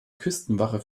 küstenwache